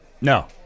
No